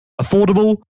Affordable